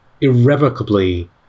irrevocably